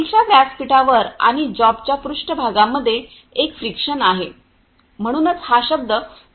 tool च्या व्यासपीठावर आणि जॉबच्या पृष्ठ भागामध्ये एक फ्रिक्शन आहे म्हणूनच हा शब्द फ्रिक्शन आहे